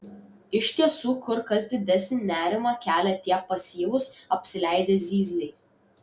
iš tiesų kur kas didesnį nerimą kelia tie pasyvūs apsileidę zyzliai